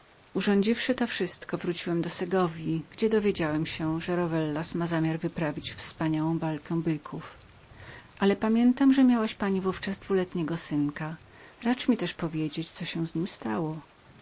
żonę urządziwszy to wszystko wróciłem do segowji gdzie dowiedziałem się że rowellas miał zamiar wyprawienia wspaniałej walki byków ale przypominam sobie że miałaś pani w ówczas dwuletniego synka racz mi też powiedzieć co się z nim stało